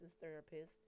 therapist